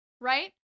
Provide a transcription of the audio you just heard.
right